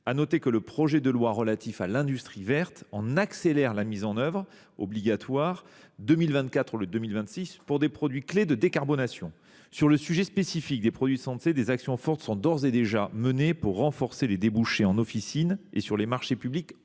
pourtant que le projet de loi relatif à l’industrie verte en accélère la mise en œuvre obligatoire, en la fixant en 2024 au lieu de 2026 pour des produits clés de la décarbonation. Sur le sujet spécifique des produits de santé, des actions fortes sont d’ores et déjà menées pour renforcer les débouchés, en officine et sur les marchés publics